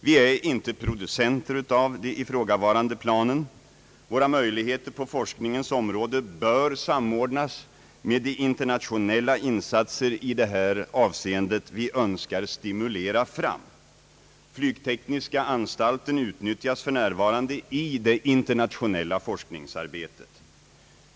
Vi är inte producenter av de ifrågavarande planen. Våra möjligheter på forskningens område bör samordnas med de internationella insatser i det här avseendet som vi önskar stimulera till. Flygtekniska anstalten utnyttjas för närvarande i det internationella forskningsarbetet.